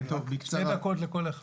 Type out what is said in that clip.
כן, שתי דקות לכל אחד.